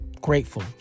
grateful